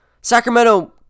sacramento